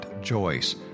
Joyce